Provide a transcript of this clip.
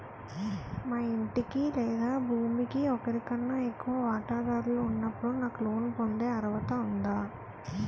మా ఇంటికి లేదా భూమికి ఒకరికన్నా ఎక్కువ వాటాదారులు ఉన్నప్పుడు నాకు లోన్ పొందే అర్హత ఉందా?